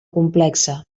complexa